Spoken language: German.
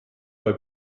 bei